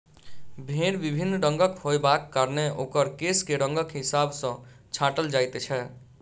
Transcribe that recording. भेंड़ विभिन्न रंगक होयबाक कारणेँ ओकर केश के रंगक हिसाब सॅ छाँटल जाइत छै